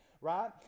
right